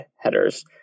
headers